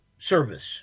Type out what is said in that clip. service